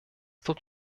tut